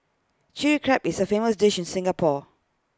Chilli Crab is A famous dish in Singapore